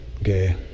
Okay